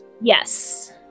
Yes